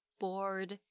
bored